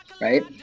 right